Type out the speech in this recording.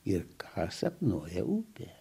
ir ką sapnuoja upė